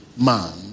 man